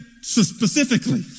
specifically